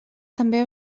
també